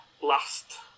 last